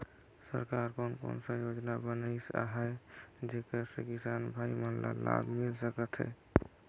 सरकार कोन कोन सा योजना बनिस आहाय जेकर से किसान भाई मन ला लाभ मिल सकथ हे?